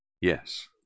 yes